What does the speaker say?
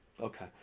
Okay